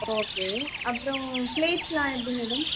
okay அப்றம் ப்ளேட்ஸ்லாம் எப்படி மேடம்